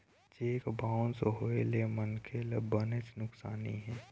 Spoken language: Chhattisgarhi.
चेक बाउंस होए ले मनखे ल बनेच नुकसानी हे